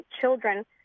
children